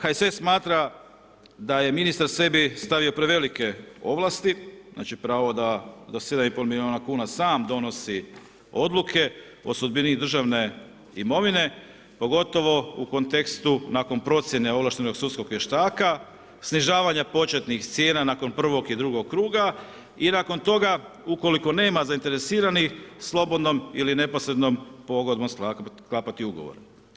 HSS smatra da je ministar sebi stavio prevelike ovlasti, znači pravo da do 7,5 milijuna kuna sam donosi odluke o sudbini državne imovine, pogotovo u kontekstu nakon procjene ovlaštenog sudskog vještaka, snižavanja početnih cijena nakon prvog i drugog kruga i nakon toga ukoliko nema zainteresiranih, slobodnom ili neposrednom pogodbom sklapati ugovor.